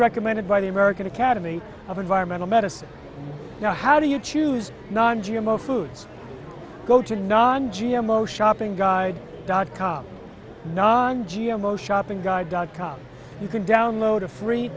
recommended by the american academy of environmental medicine you know how do you choose non g m o foods go to non g m o shopping guide dot com non g m o shopping guide dot com you can download a free